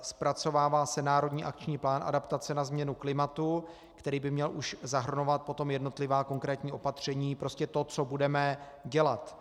Zpracovává se národní akční plán adaptace na změnu klimatu, který by už měl zahrnovat jednotlivá konkrétní opatření, prostě to, co budeme dělat.